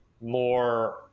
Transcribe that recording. more